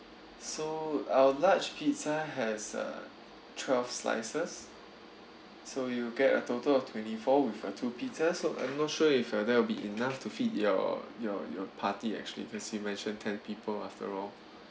so our large pizza has uh twelve slices so you'll get a total of twenty four with uh two pizzas so I'm not sure if uh that will be enough to feed your your your party actually cause you mentioned ten people after all